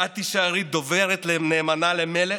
את תישארי דוברת נאמנה למלך,